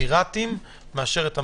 הפיראטיים מאשר את המסודרים.